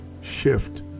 shift